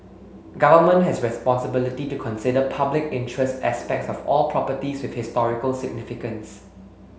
government has responsibility to consider public interest aspects of all properties with historical significance